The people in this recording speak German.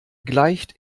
gleicht